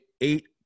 eight